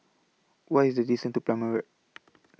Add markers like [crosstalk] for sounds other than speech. What IS The distance to Plumer Road [noise]